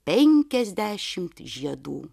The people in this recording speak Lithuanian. penkiasdešimt žiedų